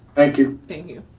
thank you. thank you.